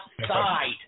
outside